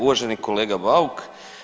Uvaženi kolega Bauk.